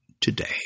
today